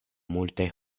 multaj